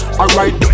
alright